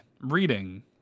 reading